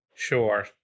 Sure